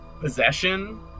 possession